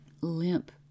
limp